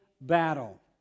battle